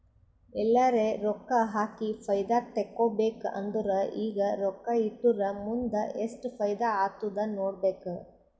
ಎಲ್ಲರೆ ರೊಕ್ಕಾ ಹಾಕಿ ಫೈದಾ ತೆಕ್ಕೋಬೇಕ್ ಅಂದುರ್ ಈಗ ರೊಕ್ಕಾ ಇಟ್ಟುರ್ ಮುಂದ್ ಎಸ್ಟ್ ಫೈದಾ ಆತ್ತುದ್ ನೋಡ್ಬೇಕ್